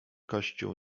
kościół